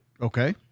Okay